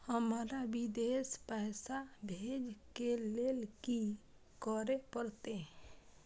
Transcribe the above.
हमरा विदेश पैसा भेज के लेल की करे परते?